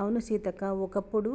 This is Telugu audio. అవును సీతక్క ఓ కప్పుడు